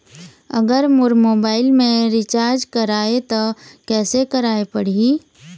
अगर मोर मोबाइल मे रिचार्ज कराए त कैसे कराए पड़ही?